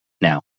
Now